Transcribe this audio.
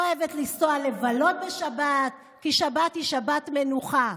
אוהבת לנסוע לבלות בשבת, כי שבת היא שבת מנוחה.